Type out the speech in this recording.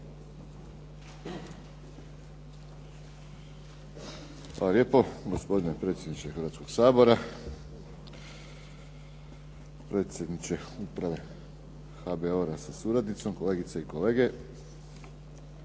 Hvala lijepo gospodine predsjedniče Hrvatskoga sabora, predsjedniče uprave HBOR-a sa suradnicom, kolegice i kolege. Danas